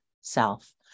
self